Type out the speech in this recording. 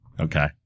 Okay